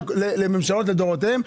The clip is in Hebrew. כך זה בממשלות לדורותיהם.